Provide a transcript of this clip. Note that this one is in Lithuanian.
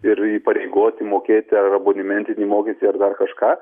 ir įpareigoti mokėti ar abonementinį mokestį ar dar kažką